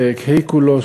פרק ה' כולו,